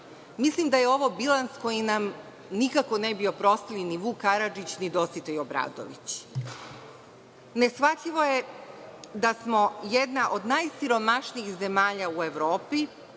Mislim da je ovo bilans koji nam nikako ne bi oprostili ni Vuk Karadžić, ni Dositej Obradović. Ne shvatljivo je da smo jedna od najsiromašnijih zemalja u Evropi,